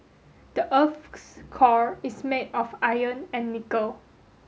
the earth's core is made of iron and nickel